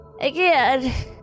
again